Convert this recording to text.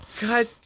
God